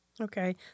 Okay